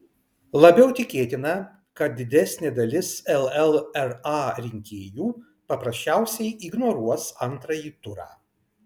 labiau tikėtina kad didesnė dalis llra rinkėjų paprasčiausiai ignoruos antrąjį turą